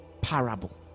parable